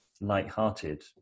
light-hearted